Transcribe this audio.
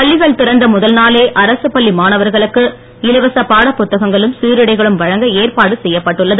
பள்ளிகள் திறந்த முதல் நாளே அரசுப் பள்ளி மாணவர்களுக்கு இலவச பாடப்புத்தகங்களும் சீருடைகளும் வழங்க ஏற்பாடு செய்யப்பட்டுள்ளது